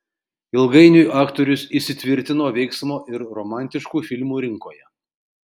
ilgainiui aktorius įsitvirtino veiksmo ir romantiškų filmų rinkoje